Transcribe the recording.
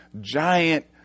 giant